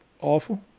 awful